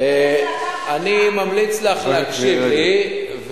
אני ממליץ לך להקשיב לי,